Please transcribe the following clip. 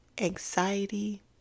anxiety